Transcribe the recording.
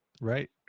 right